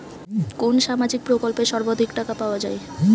কোন সামাজিক প্রকল্পে সর্বাধিক টাকা পাওয়া য়ায়?